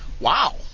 Wow